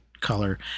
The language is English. color